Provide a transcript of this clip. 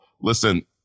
listen